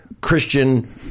Christian